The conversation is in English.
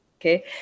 okay